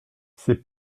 c’est